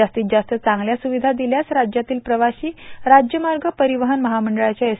जास्तीत जास्त चांगल्या स्रविधा दिल्यास राज्यातील प्रवाशी राज्य मार्ग परिवहन महामंडळाच्या एस